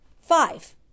five